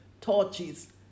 torches